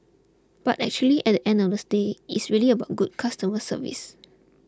but actually at the end of the day it's really about good customer service